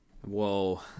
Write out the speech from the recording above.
Whoa